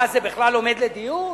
מה, זה בכלל עומד לדיון?